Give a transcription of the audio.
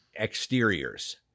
exteriors